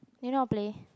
you know how to play